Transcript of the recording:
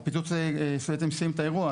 הפיצוץ בעצם סיים את האירוע.